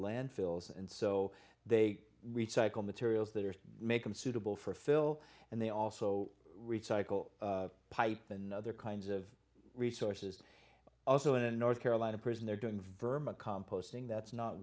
landfills and so they recycle materials that are make them suitable for phil and they also recycle pipe and other kinds of resources also in north carolina prison they're doing vermin composting that's not